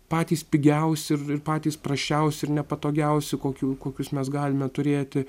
patys pigiausi ir ir patys prasčiausi ir nepatogiausi kokių kokius mes galime turėti